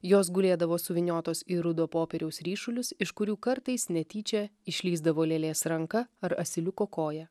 jos gulėdavo suvyniotos į rudo popieriaus ryšulius iš kurių kartais netyčia išlįsdavo lėlės ranka ar asiliuko koja